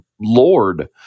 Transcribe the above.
lord